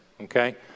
okay